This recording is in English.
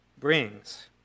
brings